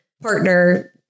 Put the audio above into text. partner